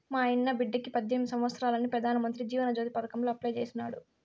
మాయన్న బిడ్డకి పద్దెనిమిది సంవత్సారాలని పెదానమంత్రి జీవన జ్యోతి పదకాంల అప్లై చేసినాడు